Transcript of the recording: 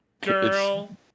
Girl